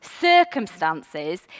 circumstances